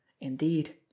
indeed